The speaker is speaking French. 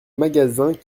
magasins